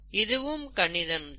இதுவும் கணிதம் தான்